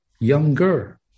younger